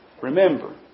remember